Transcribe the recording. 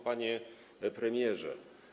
Panie Premierze!